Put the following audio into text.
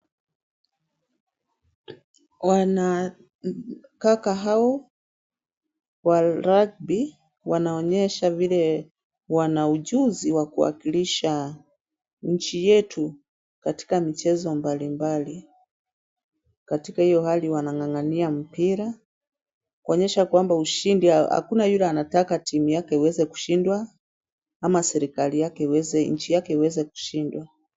Wanakaka hao wa ragbi wanaonyesha vile, wana ujuzi wa kuwakilisha nchi yetu katika michezo mbalimbali. Katika hiyo hali wanang'ang'ania mpira kuonyesha kwamba ushindi, hakuna yule anataka timu yake iweze kushindwa, ama serikali yake, nchi yake iweze kushindwa.